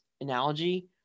analogy